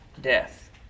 death